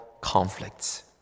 conflicts